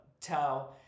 tell